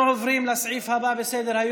חוב' מ/1368).] אנחנו עוברים לסעיף הבא בסדר-היום,